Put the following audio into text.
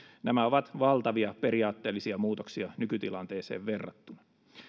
nämä ovat valtavia periaatteellisia muutoksia nykytilanteeseen verrattuna